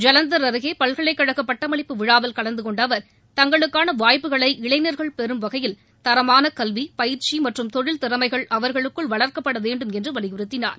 ஜலந்தர் அருகே பல்கலைக் கழகப் பட்டமளிப்பு விழாவில் கலந்து கொண்ட அவர் தங்களுக்கான வாய்ப்புகளை இளைஞர்கள் பெறும் வகையில் தரமான கல்வி பயிற்சி மற்றும் தொழில் திறமைகள் அவர்களுக்குள் வளர்க்கப்பட வேண்டும் என்று வலியுறுத்தினார்